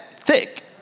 thick